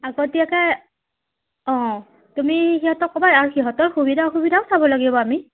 আগতীয়াকৈ অঁ তুমি সিহঁতক ক'বা আৰু সিঁহতৰ সুবিধা অসুবিধাও চাব লাগিব আমি